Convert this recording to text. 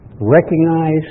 recognize